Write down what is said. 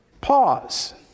pause